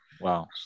Wow